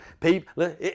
people